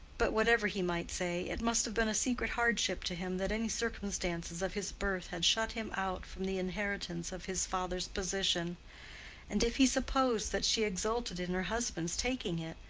but whatever he might say, it must have been a secret hardship to him that any circumstances of his birth had shut him out from the inheritance of his father's position and if he supposed that she exulted in her husband's taking it,